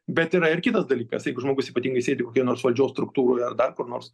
bet yra ir kitas dalykas jeigu žmogus ypatingai sėdi kokioj nors valdžios struktūroj dar kur nors